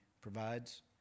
provides